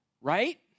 right